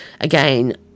again